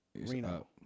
Reno